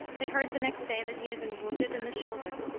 they heard the next day that he had been wounded in the shoulder.